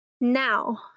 Now